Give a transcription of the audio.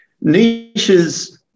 Niche's